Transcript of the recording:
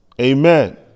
Amen